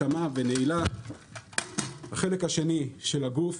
הנה התאמה ונעילה בחלק השני של הגוף,